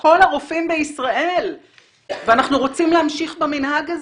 כל הרופאים בישראל ושאתם רוצים להמשיך במנהג הזה.